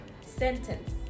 sentence